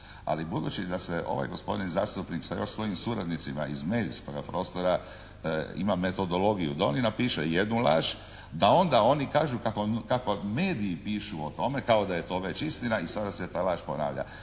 Ali budući da se ovaj gospodin zastupnik s još svojim suradnicima iz medijskoga prostora ima metodologiju da oni napišu jednu laž, da onda oni kažu kako mediji pišu o tome kao da je to već istina i sada se ta laž ponavlja.